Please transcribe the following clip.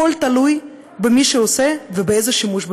הכול תלוי במי שעושה ואיזה שימוש במילים".